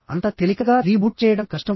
అంత తేలికగా రీబూట్ చేయడం కష్టం